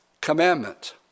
commandment